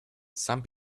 some